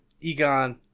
Egon